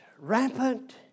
rampant